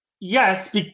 yes